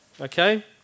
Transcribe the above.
Okay